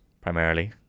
primarily